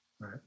Right